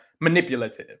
manipulative